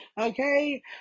Okay